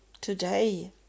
today